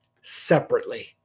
separately